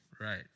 Right